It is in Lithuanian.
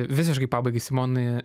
visiškai pabaigai simonai